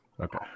Okay